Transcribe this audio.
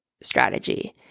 strategy